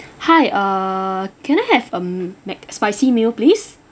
hi uh can I have a mcspicy meal please